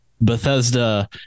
Bethesda